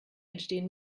entstehen